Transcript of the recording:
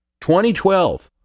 2012